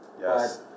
Yes